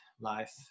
life